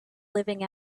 living